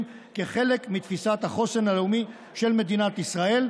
כחלק מתפיסת החוסן הלאומי של מדינת ישראל.